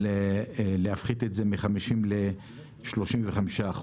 להפחית את זה מ-50% ל-35%.